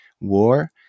war